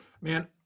Man